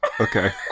Okay